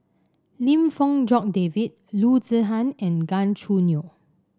Lim Fong Jock David Loo Zihan and Gan Choo Neo